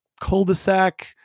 cul-de-sac